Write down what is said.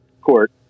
court